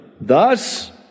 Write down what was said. Thus